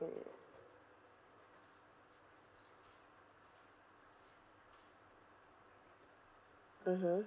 mm (uh huh)